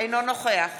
אינו נוכח